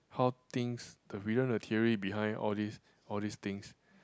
how things we learn the theory behind all these all these things